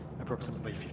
approximately